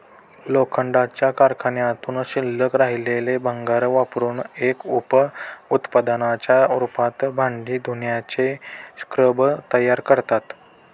लोखंडाच्या कारखान्यातून शिल्लक राहिलेले भंगार वापरुन एक उप उत्पादनाच्या रूपात भांडी धुण्याचे स्क्रब तयार करतात